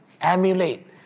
emulate